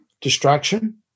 Distraction